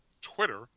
Twitter